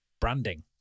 branding